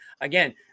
again